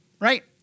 right